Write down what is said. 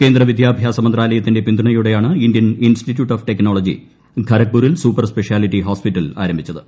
കേന്ദ്ര വിദ്യാഭ്യാസ മന്ത്രാലയത്തിന്റെ പിന്തുണയോടെയാണ് ഇന്ത്യൻ ഇൻസ്റ്റിറ്റ്യൂട്ട് ഓഫ് ടെക്നോളജി ഖരഗ് പൂരിൽ സൂപ്പർ സ്പെഷ്യാലിറ്റി ഹോസ്പിറ്റൽ ആരംഭിച്ചത്